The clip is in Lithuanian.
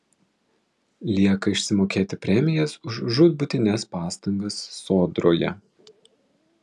lieka išsimokėti premijas už žūtbūtines pastangas sodroje